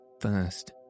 First